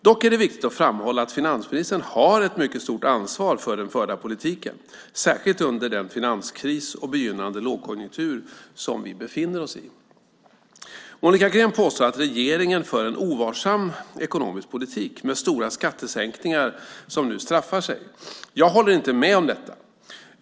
Dock är det viktigt att framhålla att finansministern har ett mycket stort ansvar för den förda politiken, särskilt under den finanskris och begynnande lågkonjunktur som vi befinner oss i. Monica Green påstår att regeringen för en ovarsam ekonomisk politik med stora skattesänkningar som nu straffar sig. Jag håller inte med om detta.